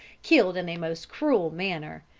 killed in a most cruel manner.